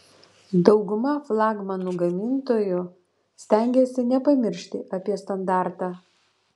dauguma flagmanų gamintojų stengiasi nepamiršti apie standartą